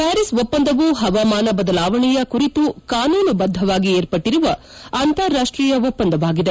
ಪ್ಲಾರೀಸ್ ಒಪ್ಪಂದವು ಹವಾಮಾನ ಬದಲಾವಣೆಯ ಕುರಿತು ಕಾನೂನುಬದ್ದವಾಗಿ ಏರ್ಪಟ್ಲರುವ ಅಂತಾರಾಷ್ಷೀಯ ಒಪ್ಪಂದವಾಗಿದೆ